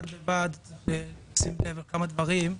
בד בבד צריך לשים לב לכמה דברים.